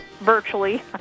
virtually